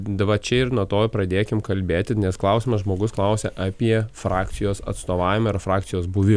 dabar čia ir nuo to pradėkim kalbėti nes klausimas žmogus klausia apie frakcijos atstovavimą ar frakcijos buvi